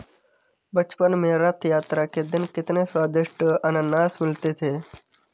बचपन में रथ यात्रा के दिन कितने स्वदिष्ट अनन्नास मिलते थे